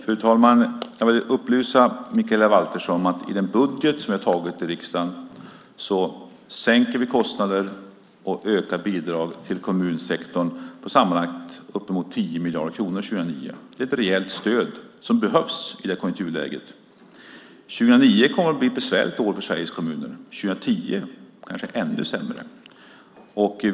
Fru talman! Jag vill upplysa Mikaela Valtersson om att i den budget som riksdagen har tagit sänker vi kostnader och ökar bidrag till kommunsektorn med sammanlagt ca 10 miljarder kronor 2009. Det är ett rejält stöd som behövs i detta konjunkturläge. År 2009 kommer att bli ett besvärligt år för Sveriges kommuner. År 2010 blir kanske ännu sämre.